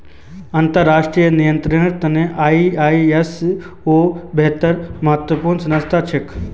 अंतर्राष्ट्रीय नियंत्रनेर त न आई.एस.ओ बेहद महत्वपूर्ण संस्था छिके